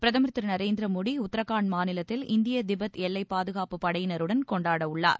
பிரதமர் திரு நரேந்திர மோடி உத்திரகான்ட் மாநிலத்தில் இந்திய திபெத் எல்லை பாதுகாப்புப் படையினருடன் கொண்டாட உள்ளார்